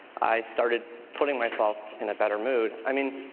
i started putting myself in a better mood. i mean,